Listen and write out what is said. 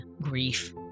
grief